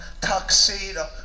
tuxedo